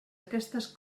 aquestes